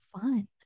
fun